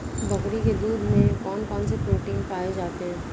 बकरी के दूध में कौन कौनसे प्रोटीन पाए जाते हैं?